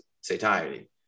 satiety